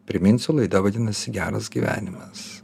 priminsiu laida vadinasi geras gyvenimas